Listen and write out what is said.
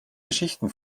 geschichten